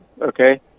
okay